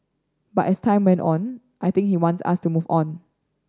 but as time went on I think he wants us to move on